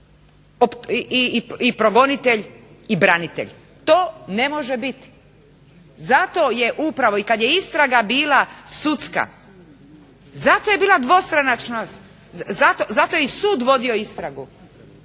i progonitelj i branitelj. To ne može biti. Zato je upravo i kada je istraga bila sudska zato je bila dvostranačnost zato je i sud vodio istragu,